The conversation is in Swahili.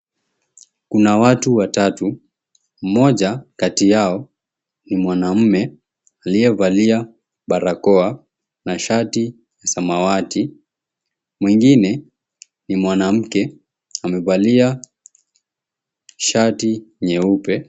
Kuna watu watatu. Mmoja kati yao ni mwanaume aliyevalia barakoa na shati ya samawati. Mwengine ni mwanamke. Amevalia shati nyeupe.